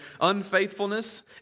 unfaithfulness